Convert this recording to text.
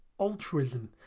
altruism